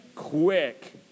quick